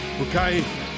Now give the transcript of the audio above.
okay